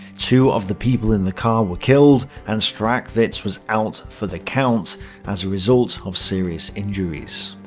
two of the people in the car were killed, and strachwitz was out for the count as a result of serious injuries.